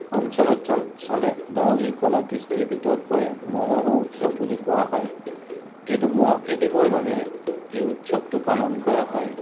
অঞ্চলত চল চলে দৰঙী কলা কৃষ্টিৰ ভিতৰত পৰে মহোহো উৎসৱ বুলি কোৱা হয় এইটো মহ খেদিবৰ বাবে এই উৎসৱটো পালন কৰা হয়